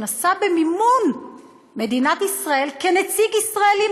שנסע במימון מדינת ישראל כנציג ישראלי,